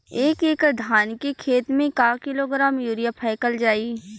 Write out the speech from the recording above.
एक एकड़ धान के खेत में क किलोग्राम यूरिया फैकल जाई?